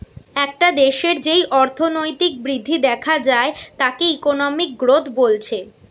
একটা দেশের যেই অর্থনৈতিক বৃদ্ধি দেখা যায় তাকে ইকোনমিক গ্রোথ বলছে